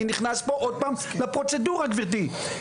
אני נכנס פה עוד פעם לפרוצדורה, גבירתי.